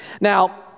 Now